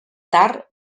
tard